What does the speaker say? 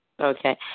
Okay